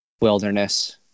Wilderness